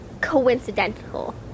coincidental